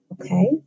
okay